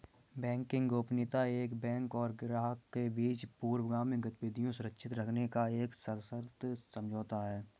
banking गोपनीयता एक bank और ग्राहकों के बीच पूर्वगामी गतिविधियां सुरक्षित रखने का एक सशर्त समझौता है